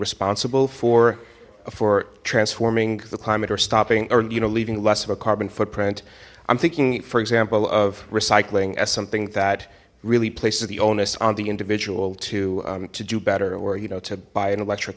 responsible for for transforming the climate or stopping or you know leaving less of a carbon footprint i'm thinking for example of recycling as something that really places the onus on the individual to to do better or you know to buy an